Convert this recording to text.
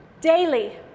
daily